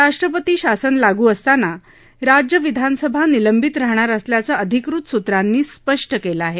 राष्ट्रपती शासन लागू असताना राज्य विधानसभा निलंबित राहणार असल्याचं अधिकृत सूत्रांनी स्पष्ट केलं आहे